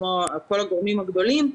כמו כל הגורמים הגדולים,